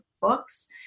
books